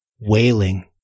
wailing